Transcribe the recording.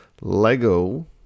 Lego